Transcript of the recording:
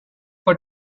for